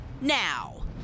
now